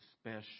special